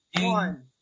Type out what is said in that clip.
One